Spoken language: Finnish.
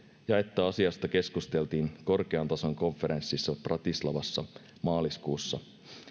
ja että asiasta keskusteltiin korkean tason konferenssissa bratislavassa maaliskuussa